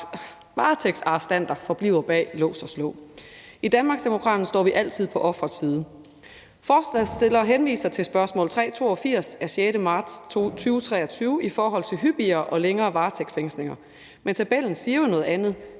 varetægtsarrestanter forbliver bag lås og slå. I Danmarksdemokraterne står vi altid på offerets side. Forslagsstillerne henviser til svaret på spørgsmål 382 fra Retsudvalget af 6. marts 2023 om hyppigere og længere varetægtsfængslinger. Men tabellen siger jo noget andet.